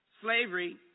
Slavery